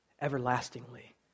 everlastingly